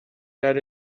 that